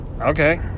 okay